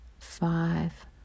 five